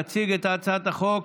יציג את הצעת החוק